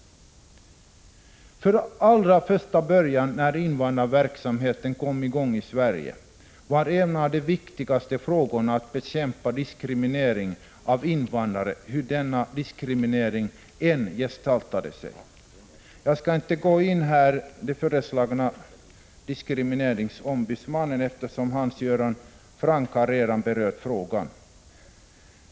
Från allra första början, när invandrarverksamheten kom i gång i Sverige, var en av de viktigaste frågorna att bekämpa diskrimineringen av invandrare, hur denna diskriminering än gestaltade sig. Jag skall inte gå in på förslaget om en diskrimineringsombudsman, eftersom Hans Göran Franck redan har berört den frågan.